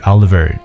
Oliver